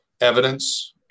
evidence